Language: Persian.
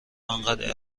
آنقدر